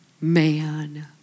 Man